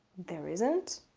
there isn't.